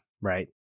right